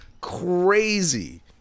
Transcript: Crazy